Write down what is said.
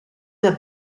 der